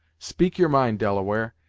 speak your mind, delaware,